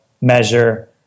measure